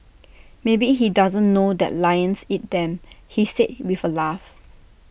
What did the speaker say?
maybe he doesn't know that lions eat them he said with A laugh